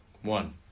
One